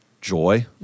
joy